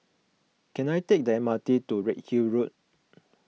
can I take the M R T to Redhill Road